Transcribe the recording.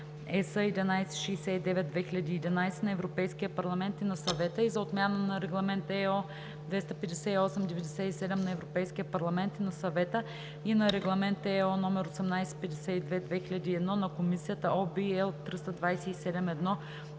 № 1169/2011 на Европейския парламент и на Съвета и за отмяна на Регламент (ЕО) № 258/97 на Европейския парламент и на Съвета и на Регламент (ЕО) № 1852/2001 на Комисията (OB, L 327/1